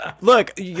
Look